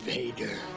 Vader